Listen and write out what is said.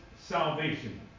salvation